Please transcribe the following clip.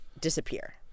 disappear